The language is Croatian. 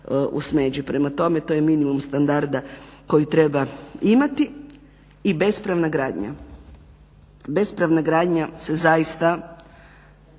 u smeđi. Prema tome, to je minimum standarda koji treba imati. I bespravna gradnja. Bespravna gradnja se zaista